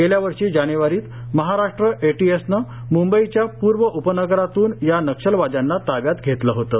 गेल्या वर्षी जानेवारीत महाराष्ट्र एटीएस नं मुंबईच्या पूर्व उपनगरांतून या नक्षलवाद्यांना ताब्यात घेतलं होतं